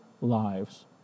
lives